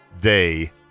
day